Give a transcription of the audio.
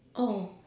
oh